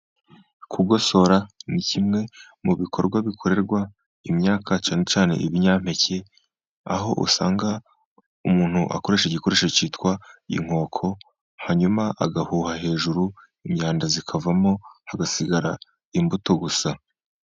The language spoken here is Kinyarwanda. Kugosora ni kimwe mu bikorwa bikorerwa imyak cyane cyane ibinyampeke, aho usanga umuntu akoresha igikoresho cyitwa inkoko, hanyuma agahuha hejuru imyanda ikavamo hagasigara imbuto gusa.